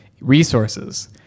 resources